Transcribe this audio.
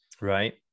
Right